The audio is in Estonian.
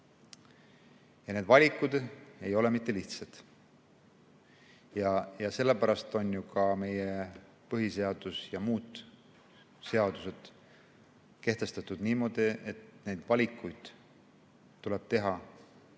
Ja need valikud ei ole lihtsad. Sellepärast on ka meie põhiseadus ja muud seadused kehtestatud niimoodi, et neid valikuid tuleb teha